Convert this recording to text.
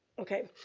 okay